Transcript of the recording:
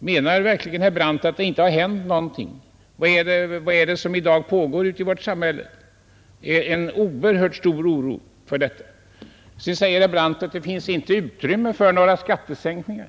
Menar verkligen herr Brandt att det inte har hänt någonting? Vad är det som i dag pågår i vårt samhälle? Det förekommer en oerhört stark oro för detta. Sedan säger herr Brandt att det inte finns utrymme för några skattesänkningar.